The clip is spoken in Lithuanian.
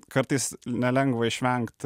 kartais nelengva išvengt